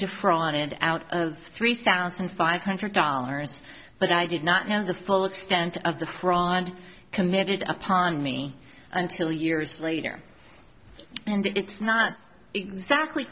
defrauded out of three thousand five hundred dollars but i did not know the full extent of the fraud committed upon me until years later and it's not exactly